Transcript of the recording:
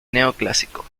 neoclásico